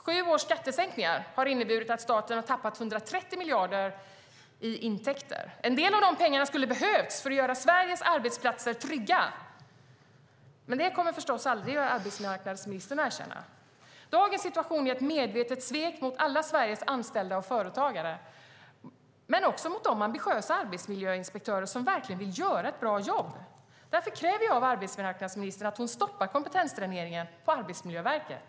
Sju års skattesänkningar har inneburit att staten har tappat 130 miljarder i intäkter. En del av de pengarna skulle ha behövts för att göra Sveriges arbetsplatser trygga. Men det kommer arbetsmarknadsministern förstås aldrig att erkänna. Dagens situation är ett medvetet svek mot alla Sveriges anställda och företagare, men också mot de ambitiösa arbetsmiljöinspektörer som verkligen vill göra ett bra jobb. Därför kräver jag av arbetsmarknadsministern att hon stoppar kompetensdräneringen på Arbetsmiljöverket.